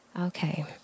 Okay